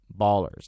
ballers